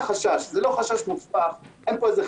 כי בהצעת החוק המקורית אנחנו דיברנו על כך שכל אזרח שווה